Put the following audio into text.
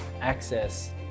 access